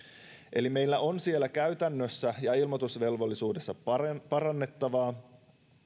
eli meillä on siellä käytännössä ja ilmoitusvelvollisuudessa parannettavaa